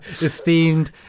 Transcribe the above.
esteemed